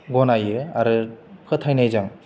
गनायो आरो फोथायनायजों